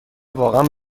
واقعا